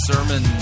sermon